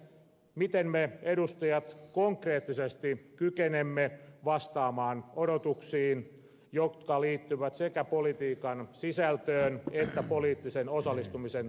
miten me edustajat konkreettisesti kykenemme vastaamaan odotuksiin jotka liittyvät sekä politiikan sisältöön että poliittisen osallistumisen toimintamuotoihin